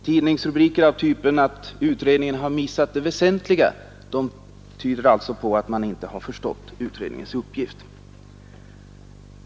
Tidningsrubriker av typen ”Utredningen har missat det väsentliga” tyder på att man inte har förstått utredningens uppgift.